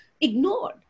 ignored